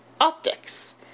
optics